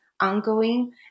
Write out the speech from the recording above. ongoing